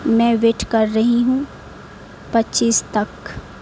میں ویٹ کر رہی ہوں پچیس تک